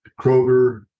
kroger